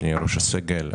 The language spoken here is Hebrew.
אדוני ראש הסגל,